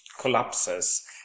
collapses